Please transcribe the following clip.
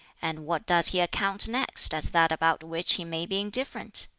and what does he account next, as that about which he may be indifferent?